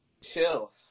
chill